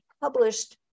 published